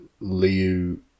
Liu